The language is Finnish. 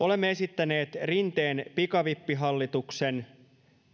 olemme esittäneet rinteen pikavippihallituksen